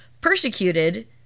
persecuted